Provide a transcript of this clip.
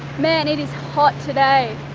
man, it is hot today.